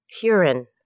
Huron